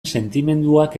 sentimenduak